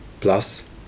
plus